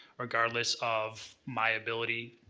regardless of my ability,